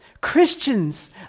Christians